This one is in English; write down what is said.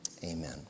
Amen